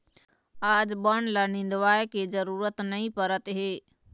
आज बन ल निंदवाए के जरूरत नइ परत हे